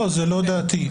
זאת לא דעתי.